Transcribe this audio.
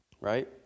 Right